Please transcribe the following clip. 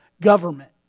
government